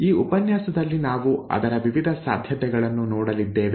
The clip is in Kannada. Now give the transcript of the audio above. ಈ ಉಪನ್ಯಾಸದಲ್ಲಿ ನಾವು ಅದರ ವಿವಿಧ ಸಾಧ್ಯತೆಗಳನ್ನು ನೋಡಲಿದ್ದೇವೆ